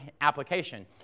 application